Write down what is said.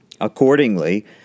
Accordingly